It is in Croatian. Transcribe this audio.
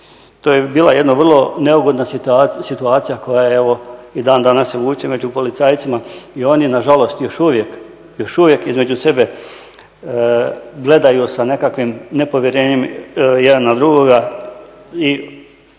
To je bila jedna vrlo neugodna situacija koja evo i dan danas se vuče među policajcima i oni nažalost još uvijek između sebe gledaju sa nekakvim nepovjerenjem jedan na drugoga, pokušavajući